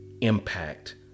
impact